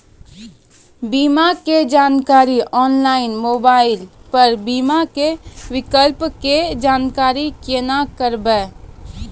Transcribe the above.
बीमा के जानकारी ऑनलाइन मोबाइल पर बीमा के विकल्प के जानकारी केना करभै?